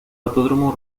autódromo